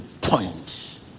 point